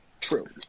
True